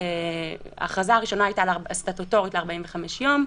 ההכרזה הראשונה הייתה סטטוטורית ל-45 יום,